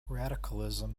radicalism